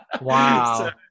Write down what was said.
Wow